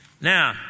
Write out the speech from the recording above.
Now